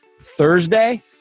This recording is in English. Thursday